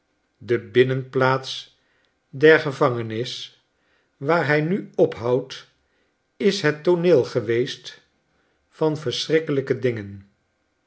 de binnenplaats der gevangenis waar hij nu ophoudt is het tooneel geweest van verschrikkelijke dingen